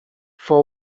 for